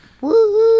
Woo